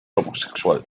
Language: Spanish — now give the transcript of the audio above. homosexual